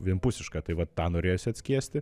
vienpusišką tai va tą norėjosi atskiesti